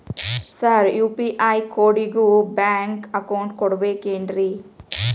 Sir UPI ಕೋಡಿಗೂ bank account ಬೇಕೆನ್ರಿ?